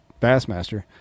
Bassmaster